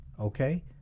Okay